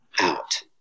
out